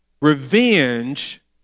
Revenge